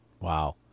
Wow